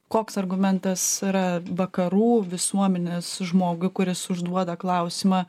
koks argumentas yra vakarų visuomenės žmogui kuris užduoda klausimą